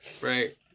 Right